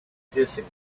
hissing